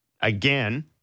again